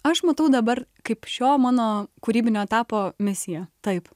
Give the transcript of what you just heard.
aš matau dabar kaip šio mano kūrybinio etapo misiją taip